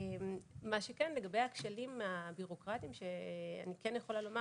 מה שכן לגבי הכלים הביורוקרטיים שאני כן יכולה לומר